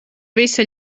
visa